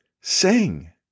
Sing